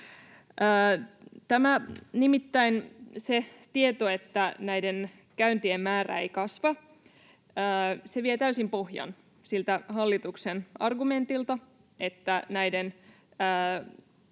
Nimittäin se tieto, että näiden käyntien määrä ei kasva, vie täysin pohjan siltä hallituksen argumentilta, että näillä